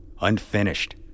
unfinished